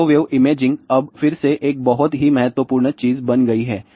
microwave imaging अब फिर से एक बहुत ही महत्वपूर्ण चीज बन गई है